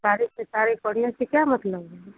तारीख पर तारीख पड़ने से क्या मतलब है